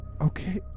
Okay